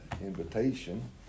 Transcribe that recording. invitation